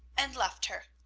and left her.